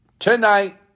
Tonight